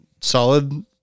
solid